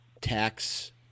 tax